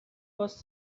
was